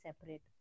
separate